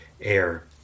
air